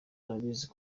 arabizi